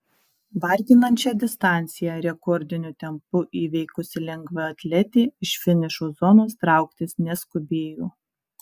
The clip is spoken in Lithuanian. varginančią distanciją rekordiniu tempu įveikusi lengvaatletė iš finišo zonos trauktis neskubėjo